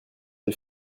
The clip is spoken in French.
des